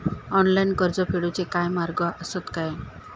Online कर्ज फेडूचे काय मार्ग आसत काय?